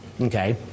Okay